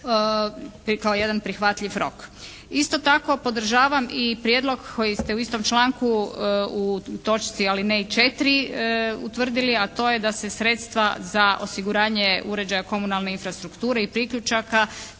kao jedan prihvatljiv rok. Isto tako podržavam i prijedlog koji ste u istom članku u točci alinei 4. utvrdili, a to je da se sredstva za osiguranje uređaja komunalne infrastrukture i priključaka